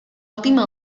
última